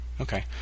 okay